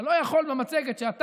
אתה לא יכול במצגת של התקציב,